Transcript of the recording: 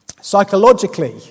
Psychologically